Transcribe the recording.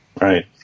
Right